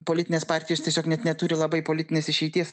politinės partijos tiesiog net neturi labai politinės išeities